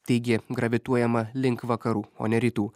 taigi gravituojama link vakarų o ne rytų